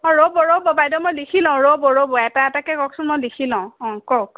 অঁ ৰ'ব ৰ'ব বাইদেউ মই লিখি লও ৰ'ব ৰ'ব এটা এটাকে কওকচোন মই লিখি লও অঁ কওক